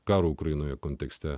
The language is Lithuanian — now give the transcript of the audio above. karo ukrainoje kontekste